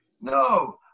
No